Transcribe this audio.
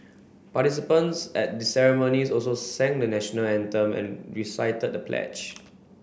participants at the ceremonies also sang the National Anthem and recited the pledge